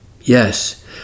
Yes